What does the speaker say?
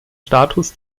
status